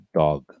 dog